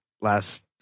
last